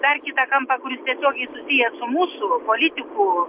dar kitą kampą kuris tiesiogiai susijęs su mūsų politikų